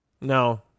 No